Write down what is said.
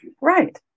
Right